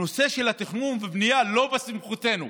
נושא התכנון והבנייה לא בסמכותנו.